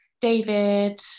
David